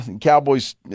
Cowboys